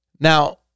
Now